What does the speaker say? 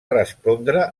respondre